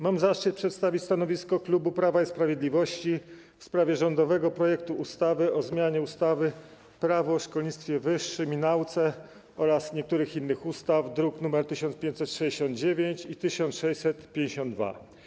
Mam zaszczyt przedstawić stanowisko klubu Prawa i Sprawiedliwości w sprawie rządowego projektu ustawy o zmianie ustawy - Prawo o szkolnictwie wyższym i nauce oraz niektórych innych ustaw, druki nr 1569 i 1652.